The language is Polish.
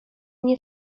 nie